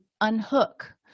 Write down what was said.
unhook